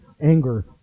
anger